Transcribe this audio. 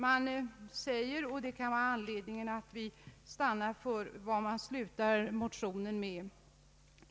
Det kan här vara anledning att stanna vid motionens slutavsnitt eftersom det är detta utskottet säger ja till.